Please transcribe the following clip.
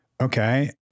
okay